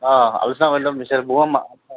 অ আলোচনা কৰি ল'ম